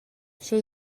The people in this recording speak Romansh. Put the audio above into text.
sche